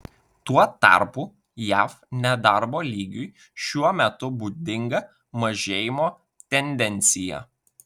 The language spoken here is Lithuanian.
tuo tarpu jav nedarbo lygiui šiuo metu būdinga mažėjimo tendencija